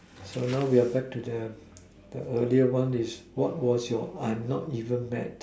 so now we are back to the the earlier one is what was your I'm not even mad